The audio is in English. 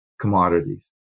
commodities